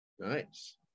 Nice